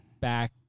back